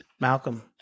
Malcolm